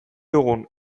dugun